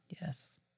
Yes